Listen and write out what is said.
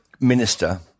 minister